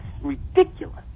ridiculous